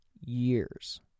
years